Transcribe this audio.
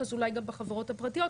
אז אולי גם בחברות הפרטיות,